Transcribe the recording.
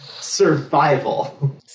Survival